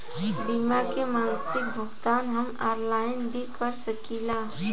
बीमा के मासिक भुगतान हम ऑनलाइन भी कर सकीला?